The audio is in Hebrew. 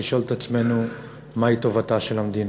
לשאול את עצמנו מהי טובתה של המדינה.